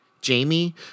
Jamie